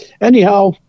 anyhow